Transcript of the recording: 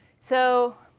so